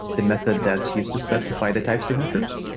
the method that's used to specify the type signatures.